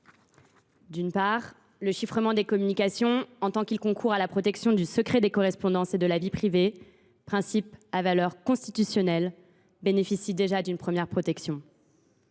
D’une part, le chiffrement des communications, en ce qu’il concourt à la protection du secret des correspondances et de la vie privée, principe à valeur constitutionnelle, bénéficie déjà d’une première protection.